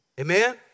Amen